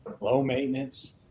low-maintenance